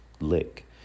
lick